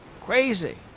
Crazy